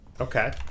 Okay